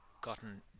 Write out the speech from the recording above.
gotten